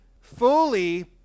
fully